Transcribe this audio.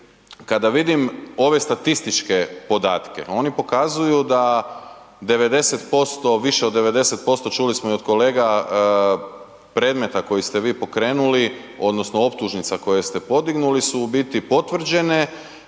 kada vidim ove statističke podatke, oni pokazuju da 90%, više od 90%, čuli smo i od kolega, predmeta koje ste vi pokrenuli odnosno optužnica koje ste podignuli su u biti potvrđene